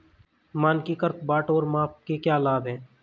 मानकीकृत बाट और माप के क्या लाभ हैं?